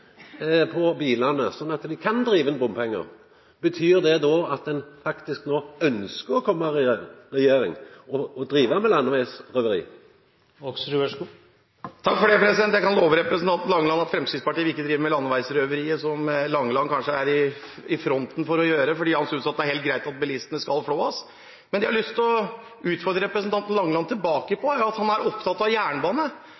på bilane, sånn at dei kan driva inn bompengar. Då er spørsmålet mitt: Betyr det at ein no ønskjer å komma i regjering og driva med landevegsrøveri? Jeg kan love representanten Langeland at Fremskrittspartiet ikke vil drive med landveisrøveri, som Langeland kanskje er i fronten for å gjøre, fordi han synes det er helt greit at bilistene skal flås. Men jeg har lyst til å utfordre representanten Langeland tilbake.